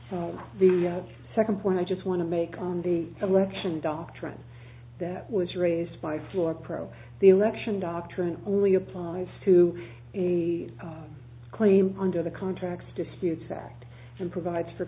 so the second point i just want to make on the election doctrine that was raised by floor pro the election doctrine only applies to a claim under the contract disputes that and provides for